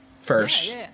first